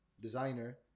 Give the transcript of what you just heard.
designer